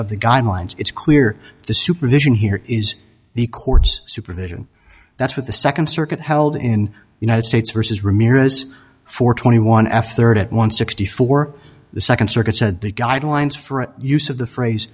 of the guidelines it's clear the supervision here is the court's supervision that's what the second circuit held in united states versus ramirez for twenty one after it one sixty four the second circuit said the guidelines for use of the phrase